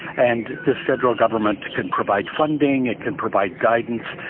and the federal government can provide funding. it can provide guidance.